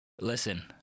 listen